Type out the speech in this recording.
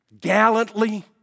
gallantly